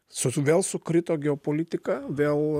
su s vėl sukrito geopolitika vėl